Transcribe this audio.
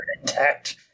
intact